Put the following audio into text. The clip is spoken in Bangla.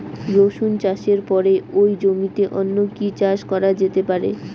রসুন চাষের পরে ওই জমিতে অন্য কি চাষ করা যেতে পারে?